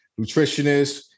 nutritionists